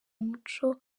umuco